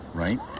right?